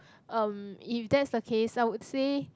um if that's the case I would say